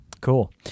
Cool